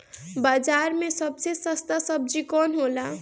बाजार मे सबसे सस्ता सबजी कौन होला?